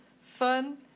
fun